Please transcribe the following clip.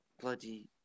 bloody